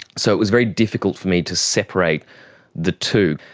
so it was very difficult for me to separate the two.